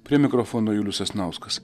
prie mikrofono julius sasnauskas